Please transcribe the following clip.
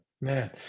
man